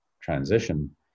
transition